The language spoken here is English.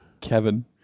kevin